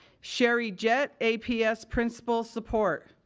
sheri jett, aps principal support.